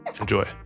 enjoy